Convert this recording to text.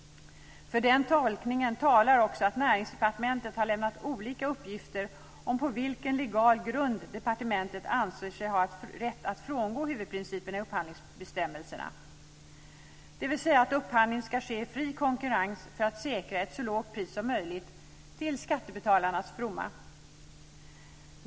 För den tolkningen talar också att Näringsdepartementet har lämnat olika uppgifter om på vilken legal grund departementet anser sig ha haft rätt att frångå huvudprinciperna i upphandlingsbestämmelserna, dvs. att upphandling ska ske i fri konkurrens för att säkra ett så lågt pris som möjligt - till skattebetalarnas fromma.